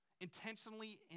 Intentionally